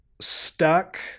stuck